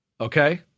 Okay